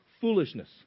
foolishness